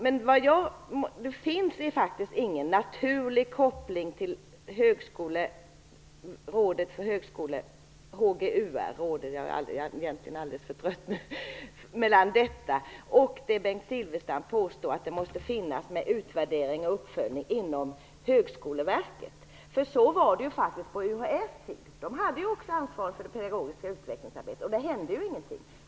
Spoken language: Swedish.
Men det finns ju faktiskt ingen naturlig koppling mellan Rådet för grundutbildning och Högskoleverket, som Bengt Silfverstrand påstår att det måste finnas, med utvärdering och uppföljning inom Högskoleverket. Så var det ju faktiskt på UHÄ:s tid. UHÄ hade ansvaret också för det pedagogiska utvecklingsarbetet, och där hände det ju ingenting.